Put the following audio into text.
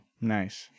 Nice